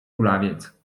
kulawiec